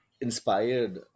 inspired